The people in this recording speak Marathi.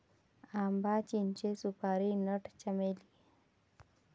आंबा, चिंचे, सुपारी नट, चमेली